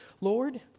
Lord